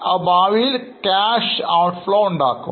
അവ ഭാവിയിൽ cash outflow ഉണ്ടാക്കാം